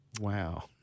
Wow